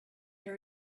her